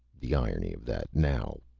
the irony of that, now,